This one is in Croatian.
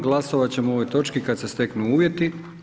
Glasovat ćemo o ovoj točki kada se steknu uvjeti.